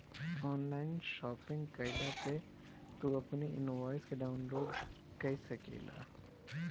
online shopping कईला पअ तू अपनी इनवॉइस के डाउनलोड कअ सकेला